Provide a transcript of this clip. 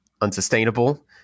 unsustainable